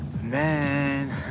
Man